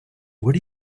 what